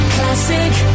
Classic